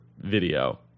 video